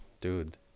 dude